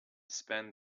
spend